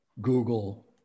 Google